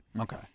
okay